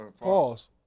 Pause